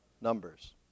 Numbers